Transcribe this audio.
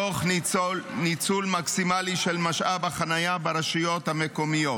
תוך ניצול מקסימלי של משאב החנייה ברשויות המקומיות.